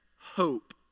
hope